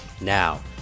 Now